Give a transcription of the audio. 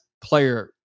player